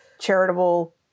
charitable